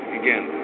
again